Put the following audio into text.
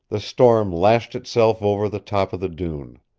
the storm lashed itself over the top of the dune.